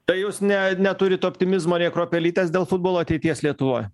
tai jūs ne neturit optimizmo nė kruopelytės dėl futbolo ateities lietuvoj